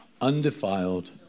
undefiled